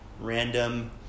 random